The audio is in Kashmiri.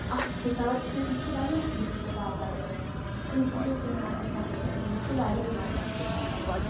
اَکھ کِتاب چھِ مےٚ چھِ واریاہ یِژھ کِتابہٕ پَرِمَژٕ یہِ چھُنہِ کِہیٖنۍ کہ مےٚ آسہِ نہِ کِہٕنۍ پٔرمِژ مےٚ چھِ واریاہ زِیادٕ یِژھ کِتابہٕ پَرِمَژٕ